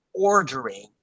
Ordering